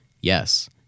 yes